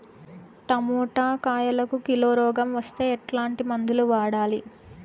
Tomato కాయలకు kilo రోగం వస్తే ఎట్లాంటి మందులు వాడాలి?